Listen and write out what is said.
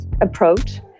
approach